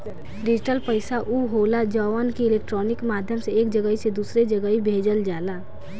digital पईसा उ होला जवन की इलेक्ट्रोनिक माध्यम से एक जगही से दूसरा जगही भेजल जाला